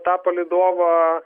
tą palydovą